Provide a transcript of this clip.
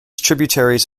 tributaries